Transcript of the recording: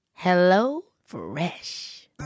HelloFresh